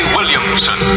Williamson